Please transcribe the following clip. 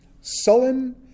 sullen